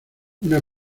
una